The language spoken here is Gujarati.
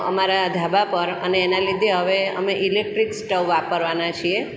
અમારા ધાબા પર અને એના લીધે હવે અમે ઇલેક્ટ્રિક સ્ટવ વાપરવાના છીએ